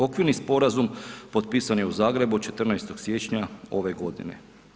Okvirni sporazum potpisan je u Zagrebu 14. siječnja ove godine.